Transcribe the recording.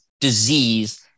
disease